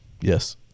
Yes